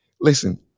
listen